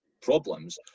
problems